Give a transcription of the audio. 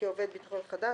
כעובד ביטחון חדש,